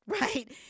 right